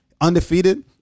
undefeated